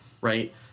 right